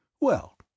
Well